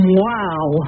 wow